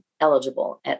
eligible